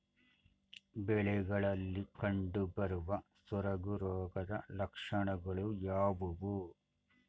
ಬೆಳೆಗಳಲ್ಲಿ ಕಂಡುಬರುವ ಸೊರಗು ರೋಗದ ಲಕ್ಷಣಗಳು ಯಾವುವು?